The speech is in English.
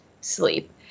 sleep